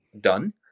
done